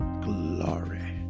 Glory